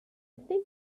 think